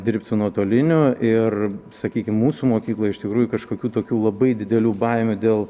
dirbti nuotoliniu ir sakykim mūsų mokykloj iš tikrųjų kažkokių tokių labai didelių baimių dėl